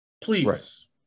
please